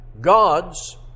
God's